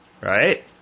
right